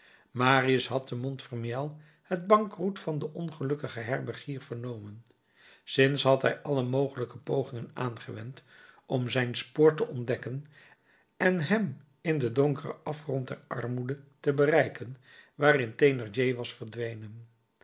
marius had te montfermeil het bankroet van den ongelukkigen herbergier vernomen sinds had hij alle mogelijke pogingen aangewend om zijn spoor te ontdekken en hem in den donkeren afgrond der armoede te bereiken waarin thénardier was verdwenen